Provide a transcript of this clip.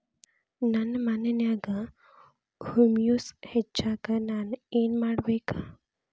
ನನ್ನ ಮಣ್ಣಿನ್ಯಾಗ್ ಹುಮ್ಯೂಸ್ ಹೆಚ್ಚಾಕ್ ನಾನ್ ಏನು ಮಾಡ್ಬೇಕ್?